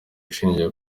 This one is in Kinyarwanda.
ishingiye